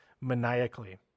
maniacally